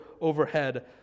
overhead